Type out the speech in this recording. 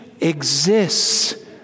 exists